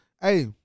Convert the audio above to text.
Hey